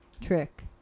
trick